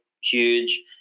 huge